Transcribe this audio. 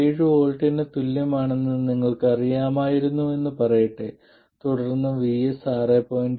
7 V ന് തുല്യമാണെന്ന് നിങ്ങൾക്ക് അറിയാമായിരുന്നുവെന്ന് പറയട്ടെ തുടർന്ന് VS 6